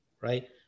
right